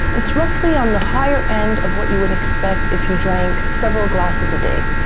it's roughly on the higher end of what you would expect if you drank several glasses a day.